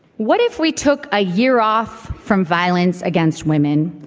what if we took a year off from violence against women?